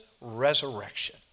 resurrection